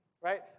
right